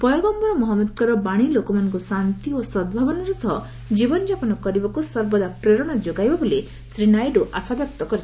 ପୟଗମ୍ଭର ମହମ୍ମଦଙ୍କର ବାଶୀ ଲୋକମାନଙ୍କୁ ଶାନ୍ତି ଓ ସଦ୍ଭାବନାର ସହ ଜୀବନ ଯାପନ କରିବାକୁ ସର୍ବଦା ପ୍ରେରଣା ଯୋଗାଇବ ବୋଲି ଶ୍ରୀ ନାଇଡ଼ୁ ଆଶାବ୍ୟକ୍ତ କରିଛନ୍ତି